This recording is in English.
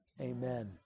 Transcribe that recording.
amen